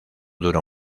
duró